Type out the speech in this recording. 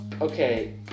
Okay